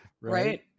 Right